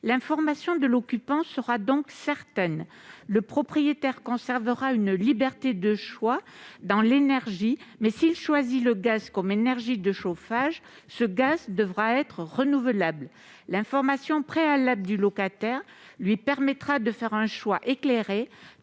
L'information de l'occupant sera donc certaine. Le propriétaire conservera une liberté de choix dans l'énergie, mais s'il choisit le gaz comme énergie de chauffage, celui-ci devra être renouvelable. L'information préalable du locataire lui permettra de faire un choix éclairé,